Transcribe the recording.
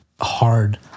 hard